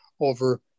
over